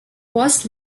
was